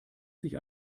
sich